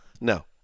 No